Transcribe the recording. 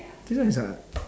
this one is what